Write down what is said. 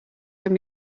from